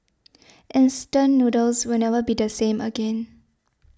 instant noodles will never be the same again